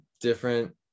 different